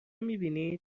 میبینید